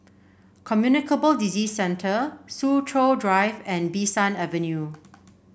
Communicable Disease Centre Soo Chow Drive and Bee San Avenue